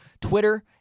Twitter